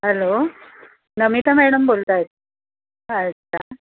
hello Namita madam बोलत आहेत आहेत का